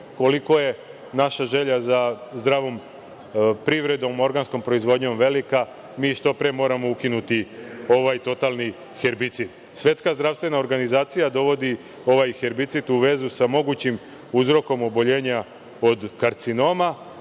kolika je naša želja za zdravom privredom, organskom proizvodnjom velika. Mi što pre moramo ukinuti ovaj totalni herbicid. Svetska zdravstvena organizacija dovodi ovaj herbicid u vezu sa mogućim uzrokom oboljenja od karcinoma,